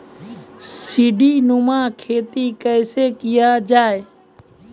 सीडीनुमा खेती कैसे किया जाय?